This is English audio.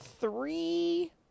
three